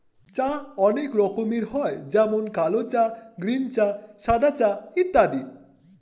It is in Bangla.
চা অনেক রকমের হয় যেমন কালো চা, গ্রীন চা, সাদা চা ইত্যাদি